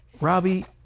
Robbie